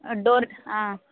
door